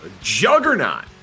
juggernaut